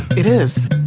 it is.